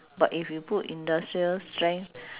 but if you put industrial strength